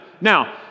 Now